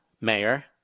Mayor